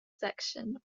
section